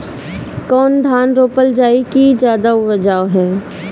कौन धान रोपल जाई कि ज्यादा उपजाव होई?